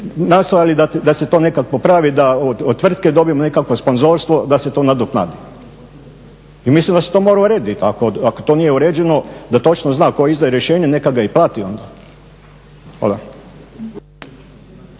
nastojali da se to nekak popravi, da od tvrtke dobimo nekakvo sponzorstvo da se to nadoknadi i mislim da se to mora urediti ako to nije uređeno da točno zna tko izdaje rješenje, neka ga i plati on.